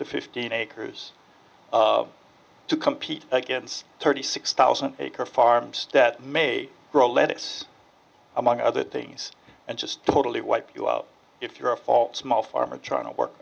fifteen acres to compete against thirty six thousand acre farm stat may grow lettuce among other things and just totally wipe you out if you're a false small farmer trying to work